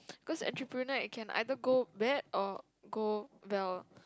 cause entrepreneur it can either go bad or go well